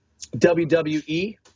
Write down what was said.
wwe